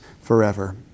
forever